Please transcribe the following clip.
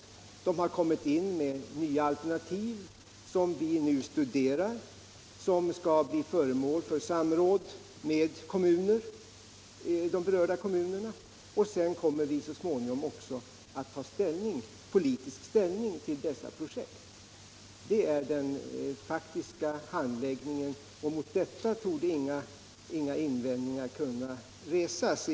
Företaget har kommit med nya alternativ som vi nu studerar och som skall bli föremål för samråd med berörda kommuner. Sedan kommer vi så småningom också att ta politisk ställning till dessa projekt. Detta är den faktiska handläggningen, och mot den torde inga invändningar kunna resas.